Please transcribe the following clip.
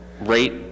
rate